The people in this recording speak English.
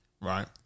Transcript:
Right